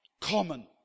common